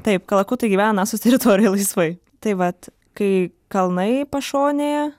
taip kalakutai gyvena nasos teritorijoj laisvai tai vat kai kalnai pašonėje